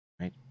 right